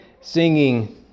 singing